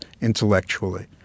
intellectually